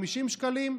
50 שקלים,